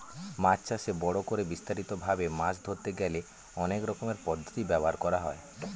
মাছ চাষে বড় করে বিস্তারিত ভাবে মাছ ধরতে গেলে অনেক রকমের পদ্ধতি ব্যবহার করা হয়